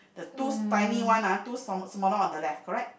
the twos tiny one ah two some more smaller one on the left correct